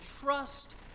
trust